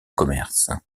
commerce